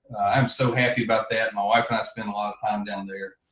i'm so happy about that, my wife and i spend a lot um down there,